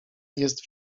jest